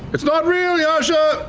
it's not real, yasha!